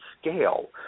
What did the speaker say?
scale